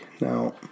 Now